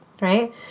right